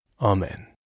Amen